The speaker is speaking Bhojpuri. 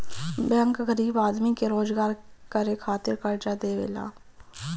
बैंक गरीब आदमी के रोजगार करे खातिर कर्जा देवेला